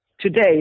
Today